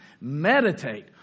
meditate